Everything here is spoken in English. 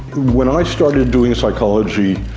when i started doing psychology,